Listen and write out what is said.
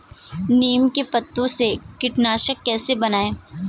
नीम के पत्तों से कीटनाशक कैसे बनाएँ?